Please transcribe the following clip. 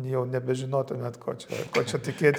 jau nebežinotumėt ko čia ko čia tikėtis